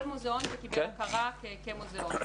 כל מוזיאון שקיבל הכרה כמוזיאון.